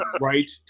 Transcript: right